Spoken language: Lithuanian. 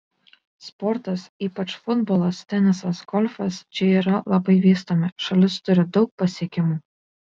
sportas ypač futbolas tenisas golfas čia yra labai vystomi šalis turi daug pasiekimų